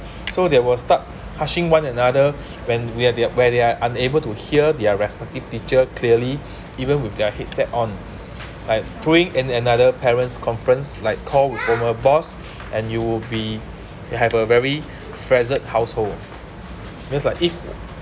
so they will start asking one another when when they are where they are unable to hear their respective teacher clearly even with their head set on like throwing in another parents' conference like call with from a boss and you will be have a very frazzled household just like if